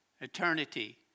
eternity